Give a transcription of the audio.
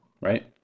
Right